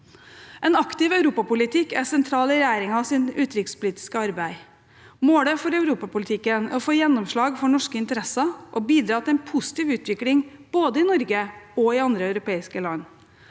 En aktiv europapolitikk er sentral i regjeringens utenrikspolitiske arbeid. Målet for europapolitikken er å få gjennomslag for norske interesser og bidra til en positiv utvikling både i Norge og i andre europeiske land.